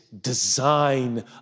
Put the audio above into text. design